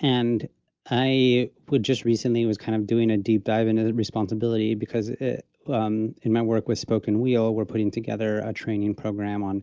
and i would just recently was kind of doing a deep dive into the responsibility. because in my work with spoke and wheel, we're putting together a training program on